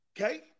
Okay